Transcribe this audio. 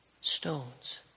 stones